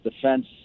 defense